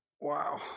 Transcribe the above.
Wow